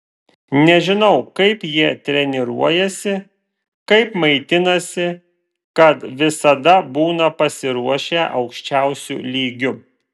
nežinau kaip jie treniruojasi kaip maitinasi kad visada būna pasiruošę aukščiausiu lygiu